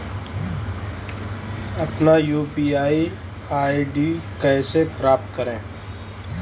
अपना UPI ID कैसे प्राप्त करें?